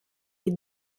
est